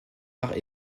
par